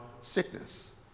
sickness